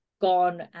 gone